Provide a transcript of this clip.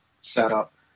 setup